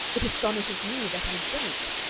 it astonishes me that i don't,